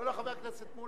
לא, לא, חבר הכנסת מולה.